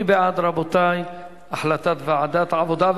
מי בעד החלטת ועדת העבודה,